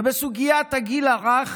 ובסוגיית הגיל הרך